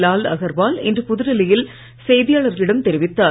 லாவ் அகர்வால் இன்று புதுடெல்லியில் செய்தியாளர்களிடம் தெரிவித்தார்